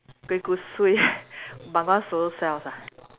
kuih kosui Bengawan solo sells ah